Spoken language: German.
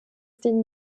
den